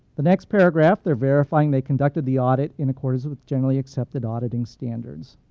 the next paragraph, they're verifying they conducted the audit in accordance with generally accepted auditing standards.